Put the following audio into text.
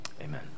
Amen